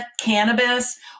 cannabis